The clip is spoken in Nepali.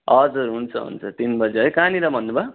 हजुर हुन्छ हुन्छ तिन बजे है कहाँनिर भन्नुभयो